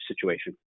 situation